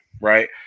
right